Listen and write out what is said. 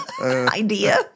idea